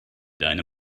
deine